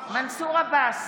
מנסור עבאס,